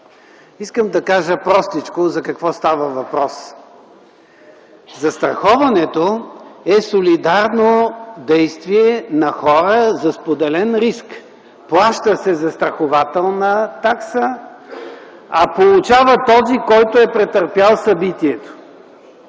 Ще кажа простичко за какво става въпрос. Застраховането е солидарно действие на хора за споделен риск. Плаща се застрахователна такса, а получава този, който е претърпял събитието.